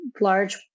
large